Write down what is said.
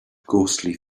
ghostly